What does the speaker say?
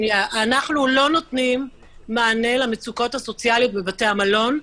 אנחנו לא נותנים מענה למצוקות הסוציאליות בבתי המלון,